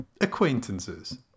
acquaintances